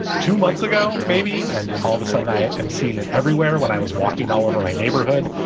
two months ago, maybe. and all of a sudden, i am seeing it everywhere. and when i was walking all over my neighborhood,